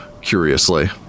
curiously